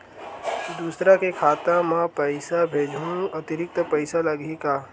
दूसरा के खाता म पईसा भेजहूँ अतिरिक्त पईसा लगही का?